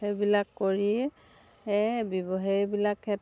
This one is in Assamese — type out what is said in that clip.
সেইবিলাক কৰিয়ে সেইবিলাক ক্ষেত্ৰত